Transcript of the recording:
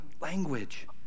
language